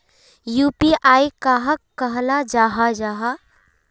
UPI कहाक कहाल जाहा जाहा?